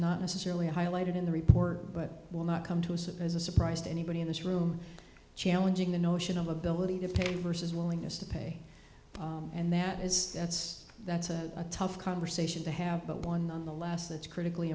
not necessarily highlighted in the report but will not come to us as a surprise to anybody in this room challenging the notion of ability to pay versus willingness to pay and that is that's that's a tough conversation to have but one nonetheless that's critically